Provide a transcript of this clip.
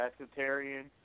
vegetarian